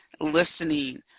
listening